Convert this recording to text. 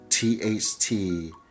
THT